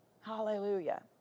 Hallelujah